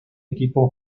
equipo